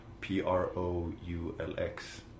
P-R-O-U-L-X